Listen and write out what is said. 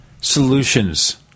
solutions